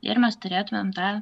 ir mes turėtumėm tą